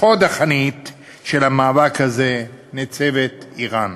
בחוד החנית של המאבק הזה ניצבת איראן,